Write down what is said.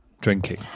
drinking